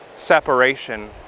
separation